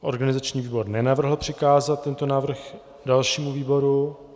Organizační výbor nenavrhl přikázat tento návrh dalšímu výboru.